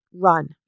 Run